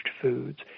foods